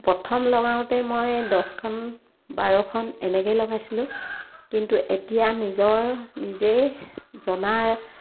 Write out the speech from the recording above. প্ৰথম লগাওঁতে মই দহখন বাৰখন এনেকৈ লগাইছিলোঁ কিন্তু এতিয়া নিজৰ নিজে জনাৰ